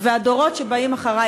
והדורות שבאים אחרי,